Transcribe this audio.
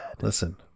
Listen